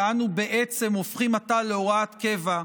שאנו בעצם הופכים עתה להוראת קבע,